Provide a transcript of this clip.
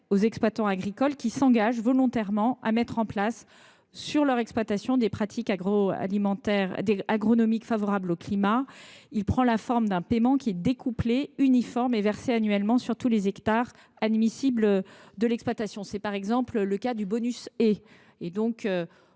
aux exploitants agricoles qui s’engagent volontairement à mettre en place sur leur exploitation des pratiques agronomiques favorables au climat. Ce paiement est découplé, uniforme et versé annuellement sur tous les hectares admissibles de l’exploitation. Tel est par exemple le cas du bonus «